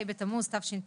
ה' בתמוז תשפ"ב,